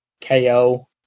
KO